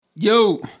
Yo